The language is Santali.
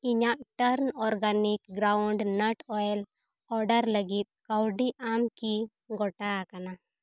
ᱤᱧᱟᱹᱜ turn organic groundnut oil order ᱠᱟᱹᱞᱤᱫ ᱠᱟᱣᱰᱤ ᱮᱢ ᱠᱤ ᱜᱳᱴᱟ ᱟᱠᱟᱱᱟ